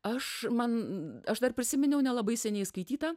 aš man aš dar prisiminiau nelabai seniai skaitytą